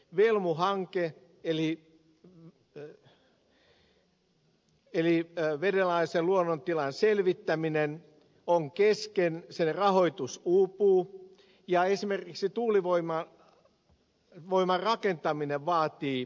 velmu hanke eli vedenalaisen luonnontilan selvittäminen on kesken sen rahoitus uupuu ja esimerkiksi tuulivoiman rakentaminen vaatii pohjaselvityksiä